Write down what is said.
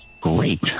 great